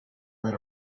rid